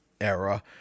era